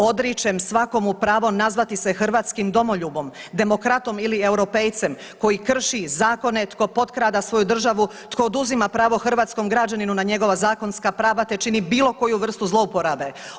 Odričem svakomu pravo nazvati se hrvatskim domoljubom, demokratom ili europejcem koji krši zakone tko potkrada svoju državu, tko oduzima pravo hrvatskom građaninu na njegova zakonska prava te čini bilo koju vrstu zlouporabe.